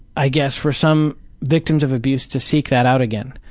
i guess, for some victims of abuse to seek that out again.